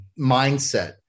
mindset